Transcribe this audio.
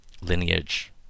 lineage